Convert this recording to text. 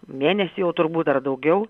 mėnesį jau turbūt ar daugiau